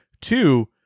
Two